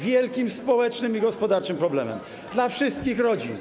Wielkim społecznym i gospodarczym problemem dla wszystkich rodzin.